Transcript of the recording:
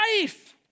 life